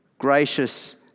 Gracious